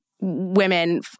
women